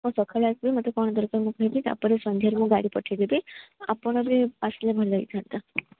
ଆପଣ ସକାଳେ ଆସିବେ ମୋତେ କ'ଣ ଦରକାର ମୁଁ କହିବି ତାପରେ ସନ୍ଧ୍ୟାକୁ ମୁଁ ଗାଡ଼ି ପଠେଇ ଦେବି ଆପଣ ବି ଆସିଲେ ଭଲ ହୋଇଥାନ୍ତା